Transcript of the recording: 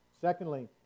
Secondly